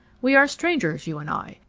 we are strangers, you and i.